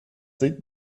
sieht